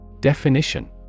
Definition